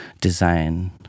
design